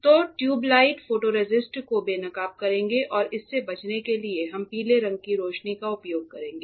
तो tube light photoresist को बेनकाब करेंगे और इससे बचने के लिए हम पीले रंग की रोशनी का उपयोग करेंगे